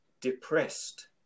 depressed